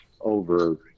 over